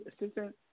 assistant